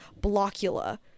Blockula